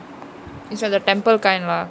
is like the temple kind lah